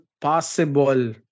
possible